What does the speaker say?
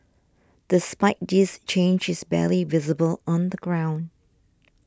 despite this change is barely visible on the ground